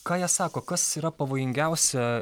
ką jie sako kas yra pavojingiausia